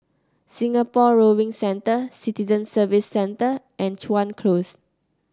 Singapore Rowing Centre Citizen Services Centre and Chuan Close